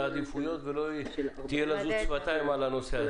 עדיפויות ושלא תהיה לזות שפתיים על הנושא הזה.